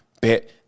bet